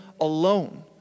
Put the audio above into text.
alone